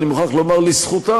אני מוכרח לומר לזכותה,